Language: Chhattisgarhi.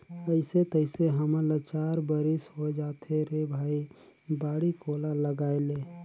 अइसे तइसे हमन ल चार बरिस होए जाथे रे भई बाड़ी कोला लगायेले